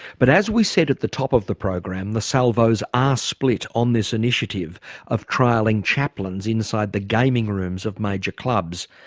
but as we said at the top of the program, the salvos are ah split on this initiative of trialling chaplains inside the gaming rooms of major clubs.